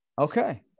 Okay